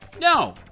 No